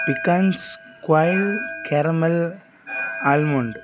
Pickens கொய்ல் caramel almond